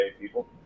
people